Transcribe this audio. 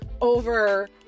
over